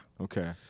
Okay